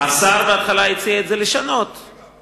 בהתחלה השר הציע לשנות את זה.